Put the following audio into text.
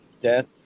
death